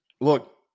Look